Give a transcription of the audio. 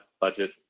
budget